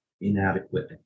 inadequate